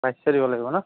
বাইছশ দিব লাগিব ন